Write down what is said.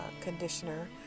conditioner